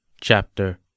Chapter